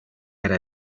hará